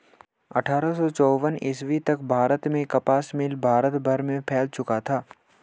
अट्ठारह सौ चौवन ईस्वी तक भारत में कपास मिल भारत भर में फैल चुका था